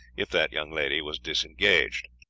if that young lady was disengaged.